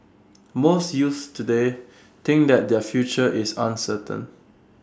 most youths today think that their future is uncertain